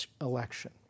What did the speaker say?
election